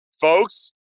folks